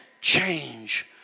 change